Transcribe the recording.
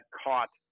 caught